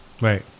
Right